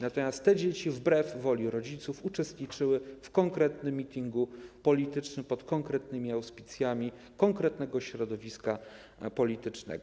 Natomiast te dzieci wbrew woli rodziców uczestniczyły w konkretnym mityngu politycznym, pod konkretnymi auspicjami, konkretnego środowiska politycznego.